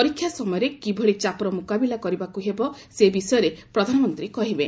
ପରୀକ୍ଷା ସମୟରେ କିଭଳି ଚାପର ମୁକାବିଲା କରିବାକ୍ର ହେବ ସେ ବିଷୟରେ ପ୍ରଧାନମନ୍ତ୍ରୀ କହିବେ